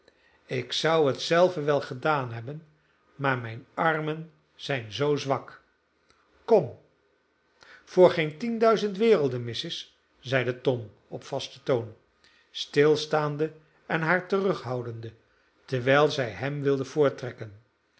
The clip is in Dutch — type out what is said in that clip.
ik zou het zelve wel gedaan hebben maar mijne armen zijn zoo zwak kom voor geen tien duizend werelden missis zeide tom op vasten toon stilstaande en haar terughoudende terwijl zij hem wilde voorttrekken